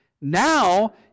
Now